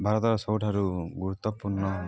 ଭାରତର ସବୁଠାରୁ ଗୁରୁତ୍ୱପୂର୍ଣ୍ଣ